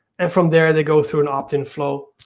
and from there they go through an opt in flow.